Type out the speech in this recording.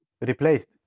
replaced